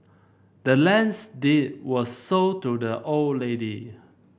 the land's deed was sold to the old lady